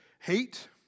hate